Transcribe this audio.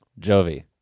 Jovi